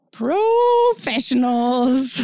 professionals